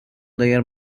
their